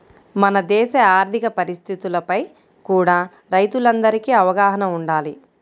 మన దేశ ఆర్ధిక పరిస్థితులపై కూడా రైతులందరికీ అవగాహన వుండాలి